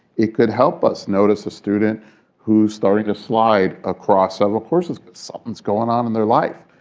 it could help us notice a student who's starting to slide across several courses because something's going on in their life.